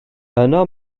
yno